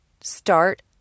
Start